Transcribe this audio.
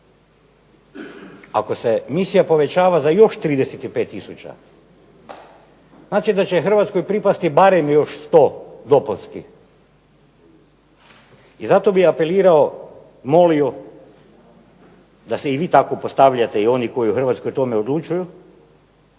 Ako se misija povećava za još 35 tisuća znači da će Hrvatskoj pripasti barem još 100 dopunskih i zato bi apelirao, molio, da se i vi tako postavljate i oni koji u Hrvatskoj o tome odlučuju